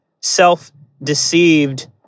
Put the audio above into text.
self-deceived